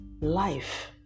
Life